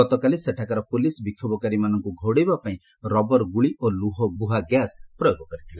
ଗତକାଲି ସେଠାକାର ପୁଲିସ୍ ବିକ୍ଷୋଭକାରୀମାନଙ୍କୁ ଘଉଡ଼ାଇବାପାଇଁ ରବର ଗୁଳି ଓ ଲୁହବୁହା ଗ୍ୟାସ ପ୍ରୟୋଗ କରିଥିଲା